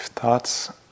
Thoughts